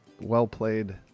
well-played